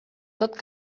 tot